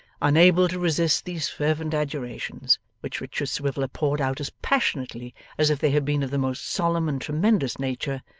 unable to resist these fervent adjurations, which richard swiveller poured out as passionately as if they had been of the most solemn and tremendous nature,